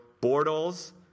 Bortles